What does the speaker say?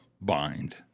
bind